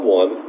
one